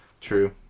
True